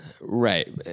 right